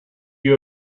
you